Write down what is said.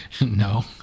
No